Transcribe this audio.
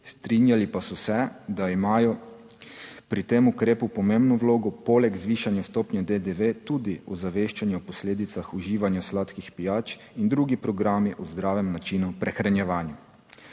Strinjali pa so se da imajo pri tem ukrepu pomembno vlogo poleg zvišanja stopnje DDV, tudi ozaveščanje o posledicah uživanja sladkih pijač in drugi programi o zdravem načinu prehranjevanja.